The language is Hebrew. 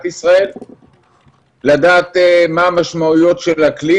ישראל - לדעת מה המשמעות של הכלי,